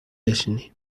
بشینیم